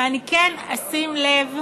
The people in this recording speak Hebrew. אבל אני כן אשים לב,